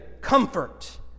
comfort